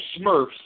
Smurfs